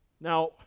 Now